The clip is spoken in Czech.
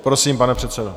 Prosím, pane předsedo.